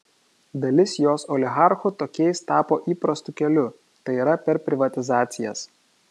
dalis jos oligarchų tokiais tapo įprastu keliu tai yra per privatizacijas